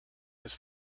his